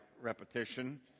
repetition